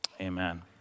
amen